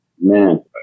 Man